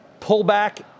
pullback